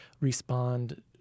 respond